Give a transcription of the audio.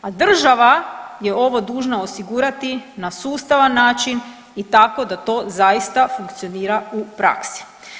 A država je ovo dužna osigurati na sustavan način i tako da to zaista funkcionira u praksi.